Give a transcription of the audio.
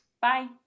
Bye